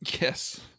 Yes